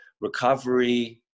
recovery